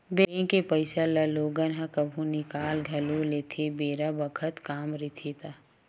bank के पइसा ल लोगन ह कभु निकाल घलो लेथे बेरा बखत काम रहिथे ता